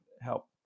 help